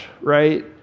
right